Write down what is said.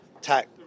tech